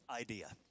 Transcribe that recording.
idea